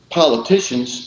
politicians